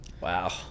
wow